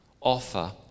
Offer